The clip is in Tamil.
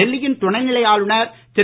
டெல்லியின் துணைநிலை ஆளுநர் திரு